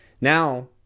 Now